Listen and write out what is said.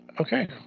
okay